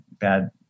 bad